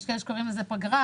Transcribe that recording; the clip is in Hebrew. יש כאלה שקוראים לזה פגרה,